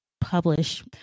publish